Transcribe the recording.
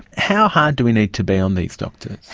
how hard do we need to be on these doctors?